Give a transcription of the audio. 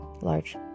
large